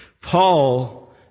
Paul